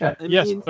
Yes